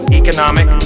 economic